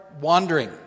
wandering